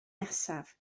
nesaf